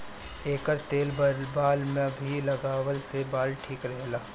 एकर तेल बाल में भी लगवला से बाल ठीक रहेला